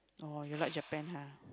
oh you like Japan ha